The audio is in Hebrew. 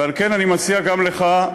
ועל כן אני מציע גם לך,